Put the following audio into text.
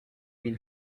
been